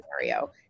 scenario